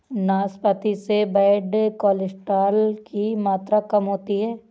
नाशपाती से bad cholesterol की मात्रा कम होती है